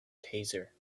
taser